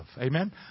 Amen